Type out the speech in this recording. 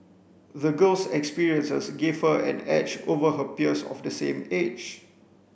the girl's experiences gave her an edge over her peers of the same age